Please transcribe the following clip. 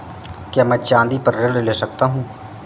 क्या मैं चाँदी पर ऋण ले सकता हूँ?